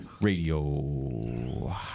Radio